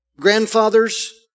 grandfathers